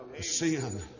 Sin